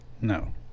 no